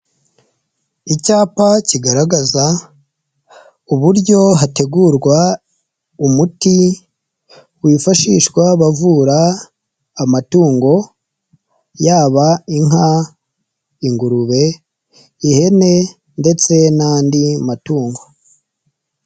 Icyapa kigaragaza uburyo hategurwa umuti wifashishwa abavura amatungo, yaba inka, ingurube, ihene ndetse n'andi matungo.